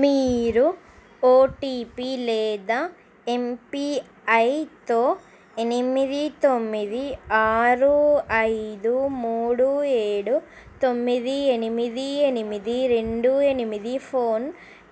మీరు ఓటీపీ లేదా ఎంపీఐ తో ఎనిమిది తొమ్మిది ఆరు ఐదు మూడు ఏడు తొమ్మిది ఎనిమిది ఎనిమిది రెండు ఎనిమిది ఫోన్